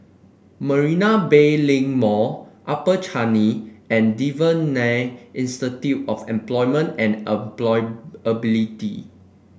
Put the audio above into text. Marina Bay Link Mall Upper Changi and Devan Nair Institute of Employment and Employability